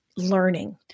Learning